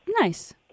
Nice